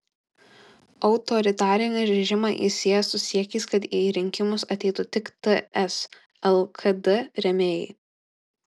autoritarinį režimą jis sieja su siekiais kad į rinkimus ateitų tik ts lkd rėmėjai